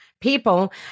people